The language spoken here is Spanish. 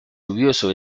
lluvioso